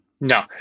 No